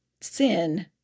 sin